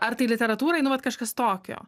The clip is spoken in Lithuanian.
ar tai literatūrai nuolat kažkas tokio